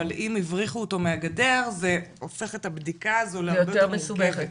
אבל אם הבריחו אותו מהגדר זה הופך את הבדיקה הזו להרבה יותר מורכבת.